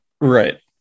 Right